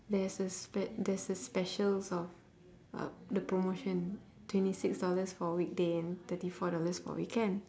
there's a spe~ there's a specials of uh the promotion twenty six dollars for weekday and thirty four dollars for weekend